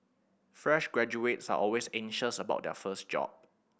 fresh graduates are always anxious about their first job